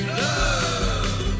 love